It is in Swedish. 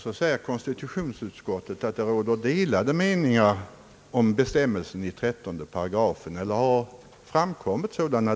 Så säger konstitutionsutskottet att det framkommit delade meningar om bestämmelsen i 13 8.